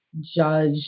judge